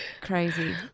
crazy